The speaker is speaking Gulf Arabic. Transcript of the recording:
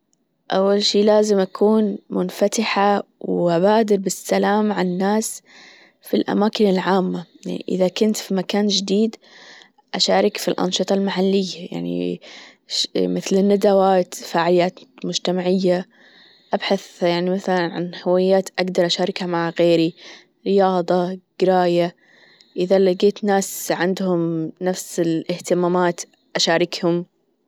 أول شي لازم أكون منفتحة وبادئ بالسلام عالناس في الأماكن العامة إذا كنت في مكان جديد أشارك في الأنشطة المحلية يعني مثل الندوات الفاعليات المجتمعية أبحث يعني مثلا عن هوايات أقدر أشاركها مع غيري رياضة جراية إذا لجيت ناس عندهم نفس الاهتمامات أشاركهم.